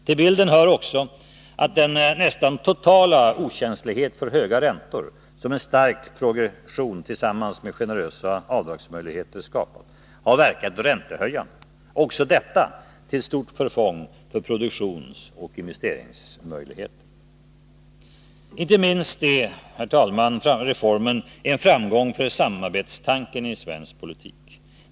Till bilden hör också att den nästan totala okänslighet för höga räntor som en stark progression tillsammans med generösa avdragsmöjligheter skapat har verkat räntehöjande — också detta till stort förfång för produktion och investeringsmöjligheter. Inte minst är reformen en framgång för samarbetstanken i svensk politik.